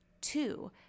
Two